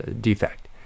defect